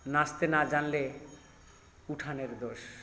নাচতে না জানলে উঠানের দোষ